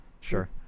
Sure